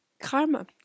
karma